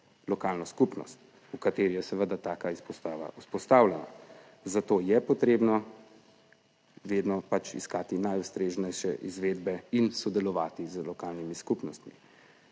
lokalno skupnost, v kateri je seveda taka izpostava vzpostavljena; zato je potrebno vedno pač iskati najustreznejše izvedbe in sodelovati z lokalnimi skupnostmi,